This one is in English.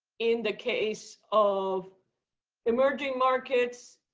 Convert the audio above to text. in the case of emerging markets,